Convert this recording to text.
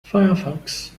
firefox